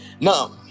now